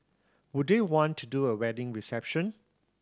would they want to do a wedding reception